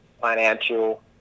financial